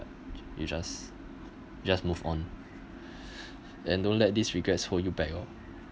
you just just move on and don't let this regrets hold you back oh